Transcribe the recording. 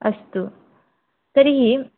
अस्तु तर्हि